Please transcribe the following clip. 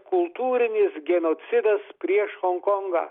kultūrinis genocidas prieš honkongą